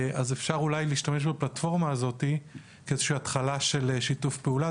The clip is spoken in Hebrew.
ואולי אפשר להשתמש בפלטפורמה הזאת כאיזושהי התחלה של שיתוף פעולה.